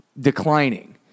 declining